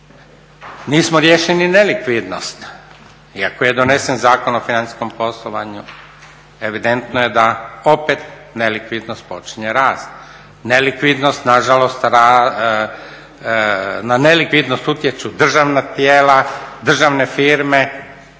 Nismo riješili ni nelikvidnost. Iako je donesen Zakon o financijskom poslovanju evidentno je da opet nelikvidnost počinje rasti. Nelikvidnost nažalost, na nelikvidnost utječu državna tijela, državne firme.